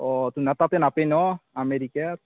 অঁ তুহুনাৰ তাতে নাপে ন আমেৰিকাত